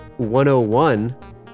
101